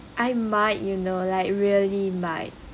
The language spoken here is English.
I might you know like really might